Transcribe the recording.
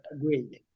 Agreed